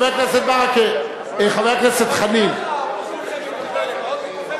רגע, אדוני היושב-ראש, אבל הוא לא אמר.